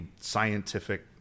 scientific